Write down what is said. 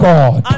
God